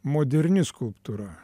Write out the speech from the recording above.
moderni skulptūra